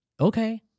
Okay